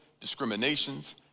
discriminations